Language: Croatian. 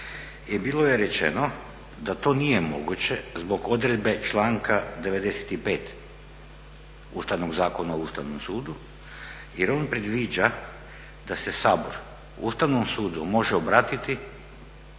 bilo je rečeno da to nije moguće zbog odredbe članka 95. Ustavnog zakona o Ustavnom sudu jer on predviđa da se Sabor Ustavnom sudu može obratiti